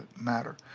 matter